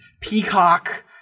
Peacock